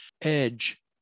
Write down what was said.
edge